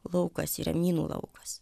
laukas yra minų laukas